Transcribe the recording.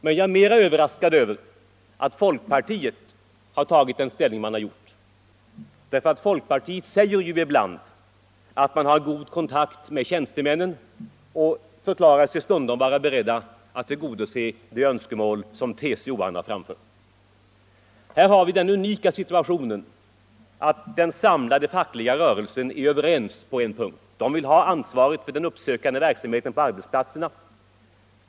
Men jag är mera överraskad över folkpartiets ställningstagande, därför att folkpartiet ju ibland säger att man har god kontakt med tjänstemännen och förklarar sig vara beredd att tillgodose de önskemål som TCO framför. Här har vi den unika situationen att den samlade fackliga rörelsen är överens och vill ha ansvaret för den uppsökande verksamheten på arbetsplatserna.